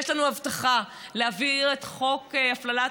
ויש לנו הבטחה להעביר את חוק הפללת